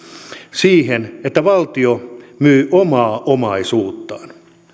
siihen että valtio myy omaa omaisuuttaan